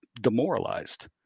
demoralized